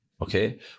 Okay